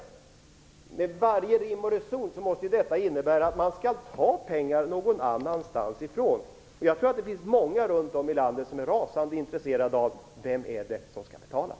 Om det skall vara någon rim och reson måste detta innebära att man skall ta pengar från något annat håll. Många runt om i landet är rasande intresserade av vem som skall betala.